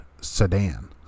Sedan